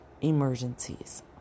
emergencies